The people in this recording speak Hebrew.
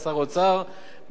מכיר את הבעיות האלה ואת,